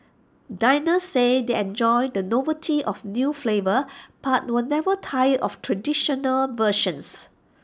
diners say they enjoy the novelty of new flavours but will never tire of traditional versions